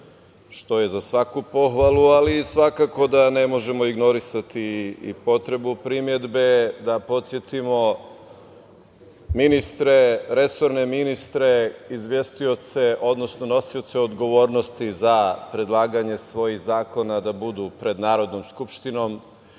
što je za svaku pohvalu, ali svakako da ne možemo ignorisati i potrebu primedbe da podsetimo resorne ministre, izvestioce odnosno nosioce odgovornosti za predlaganje svojih zakona da budu pred Narodnom skupštinom